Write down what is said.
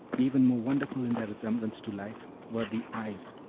even more wonderful in their resemblance to life were the eyes,